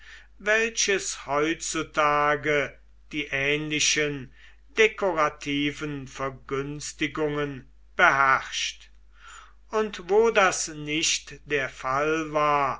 welches heutzutage die ähnlichen dekorativen vergünstigungen beherrscht und wo das nicht der fall war